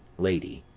lady.